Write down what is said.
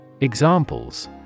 Examples